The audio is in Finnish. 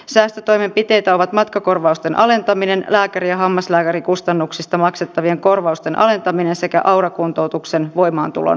säästötoimenpiteitä ovat matkakorvausten alentaminen lääkäri ja hammaslääkärikustannuksista maksettavien korvausten alentaminen sekä aura kuntoutuksen voimaantulon peruminen